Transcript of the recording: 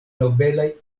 nobelaj